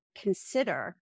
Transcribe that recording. consider